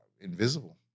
invisible